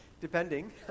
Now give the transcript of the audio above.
Depending